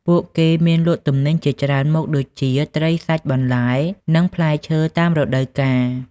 ពួកគេមានលក់ទំនិញជាច្រើនមុខដូចជា ត្រី សាច់ បន្លែ និងផ្លែឈើតាមរដូវកាល។